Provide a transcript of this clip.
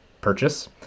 purchase